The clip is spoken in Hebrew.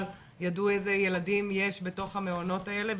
ידעו איזה ילדים יש בתוך המעונות האלה.